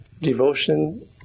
devotion